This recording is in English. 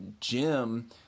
Jim